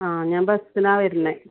ആ ഞാൻ ബസ്സിനാണ് വരുന്നത്